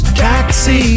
taxi